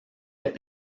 est